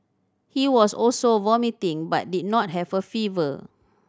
he was also vomiting but did not have a fever